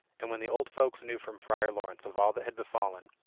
and when the old folks knew from friar laurence of all that had befallen,